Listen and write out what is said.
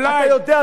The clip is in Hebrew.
אתה יודע,